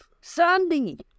Sandy